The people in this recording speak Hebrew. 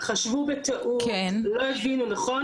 העובדים האלה יכולים ועושים את זה,